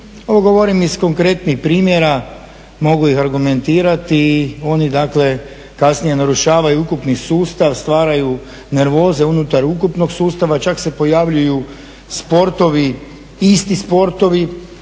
Ovo govorim iz konkretnih primjera, mogu ih argumentirati, oni dakle kasnije narušavaju ukupni sustav, stvaraju nervoze unutar ukupnog sustava, čak se pojavljuju sportovi, isti sportovi